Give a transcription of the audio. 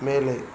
மேலே